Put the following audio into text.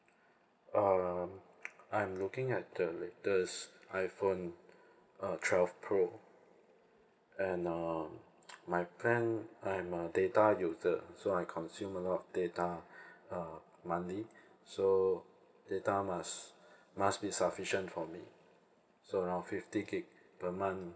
uh I'm looking at the latest iphone uh twelve pro and uh my plan I'm a data user so I consume a lot of data uh monthly so data must must be sufficient for me so around fifty gig per month